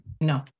No